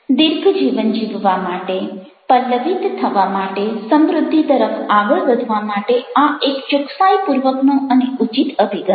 દીર્ઘ જીવન જીવવા માટે પલ્લવિત થવા માટે સમૃદ્ધિ તરફ આગળ વધવા માટે આ એક ચોકસાઈપૂર્વકનો અને ઉચિત અભિગમ છે